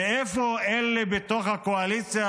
ואיפה אלה בתוך הקואליציה?